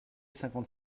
cinquante